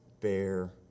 bear